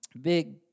Big